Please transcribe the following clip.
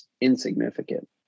insignificant